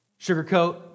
Sugarcoat